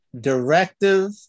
directive